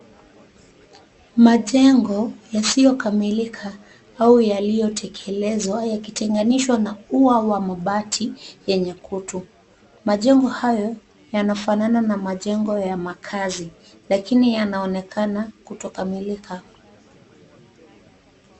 Majengo yasiyokamilika au yaliyotekelezwa yakitenganishwa maua ama mabati yenye kutu. majengo hayo yanafanana na majengo ya makaazi lakini yanaonekana kutokamilika.